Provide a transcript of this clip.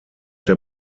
der